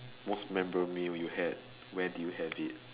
most memorable meal you had where did you have it